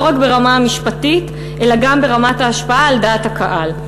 לא רק ברמה המשפטית אלא גם ברמת ההשפעה על דעת הקהל.